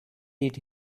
did